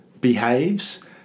behaves